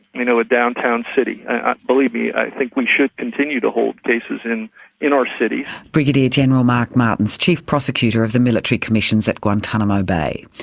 you know, a downtown city, and believe me, i think we should continue to hold cases in in our cities. brigadier general mark martins, chief prosecutor of the military commissions at guantanamo bay.